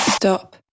Stop